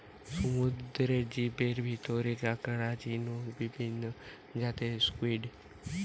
সমুদ্রের জীবের ভিতরে কাকড়া, ঝিনুক, বিভিন্ন জাতের স্কুইড,